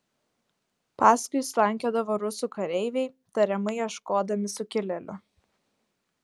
paskui slankiodavo rusų kareiviai tariamai ieškodami sukilėlių